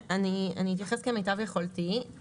כן, אני אתייחס כמיטב יכולתי.